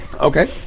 Okay